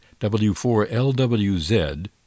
W4LWZ